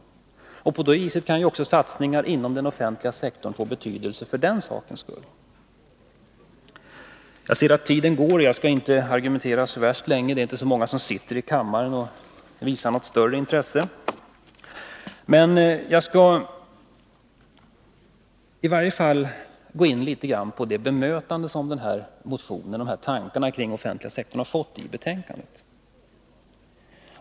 Satsningar inom den offentliga sektorn kan få betydelse också för den saken. Jag ser att tiden går, och jag skall inte argumentera så värst länge till. Det är inte många som sitter i kammaren och visar något större intresse. Men jag skall i varje fall gå in litet grand på det bemötande som motionen och tankarna kring den offentliga sektorn har fått i betänkandet.